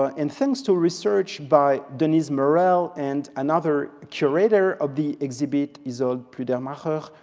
ah and thanks to research by denise murrell and another curator of the exhibit, isolde pludermacher,